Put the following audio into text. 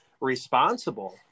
responsible